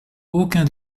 aucun